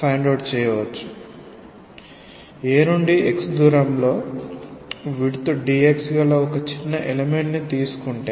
A నుండి x దూరంలో width dx గల ఒక చిన్న ఎలెమెంట్ ని తీసుకోండి